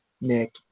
Nick